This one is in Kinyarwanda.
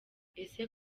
ese